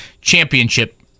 Championship